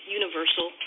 universal